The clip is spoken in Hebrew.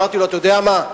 אמרתי לו: אתה יודע מה,